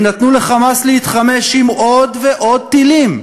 הם נתנו ל"חמאס" להתחמש בעוד ועוד טילים,